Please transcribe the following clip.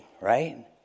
right